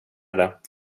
det